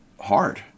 hard